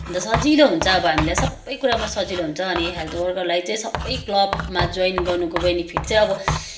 अन्त सजिलो हुन्छ अब हामीलाई सबै कुरामा सजिलो हुन्छ अनि हेल्थ वर्करलाई चाहिँ सबै क्लबमा जोइन गर्नुको बेनिफिट चाहिँ अब